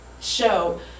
show